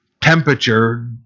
temperature